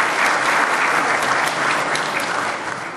(מחיאות כפיים)